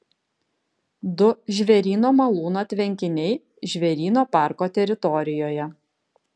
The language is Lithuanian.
du žvėryno malūno tvenkiniai žvėryno parko teritorijoje